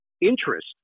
interest